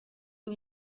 los